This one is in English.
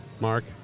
Mark